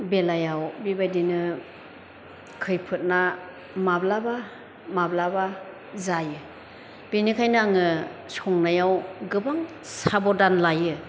बेलायाव बेबायदिनो खैफोदना माब्लाबा माब्लाबा जायो बेनिखायनो आङो संनायाव गोबां साबधान लायो